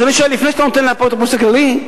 אז אני שואל: לפני שאתה מעביר לאפוטרופוס הכללי,